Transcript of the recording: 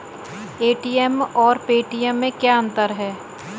ATM और Paytm में क्या अंतर है?